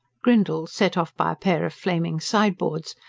grindle, set off by pair of flaming sideboards,